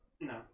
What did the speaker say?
No